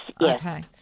yes